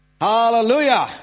Hallelujah